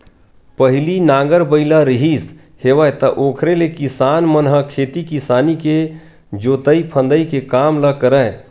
पहिली नांगर बइला रिहिस हेवय त ओखरे ले किसान मन ह खेती किसानी के जोंतई फंदई के काम ल करय